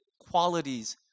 qualities